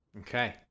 Okay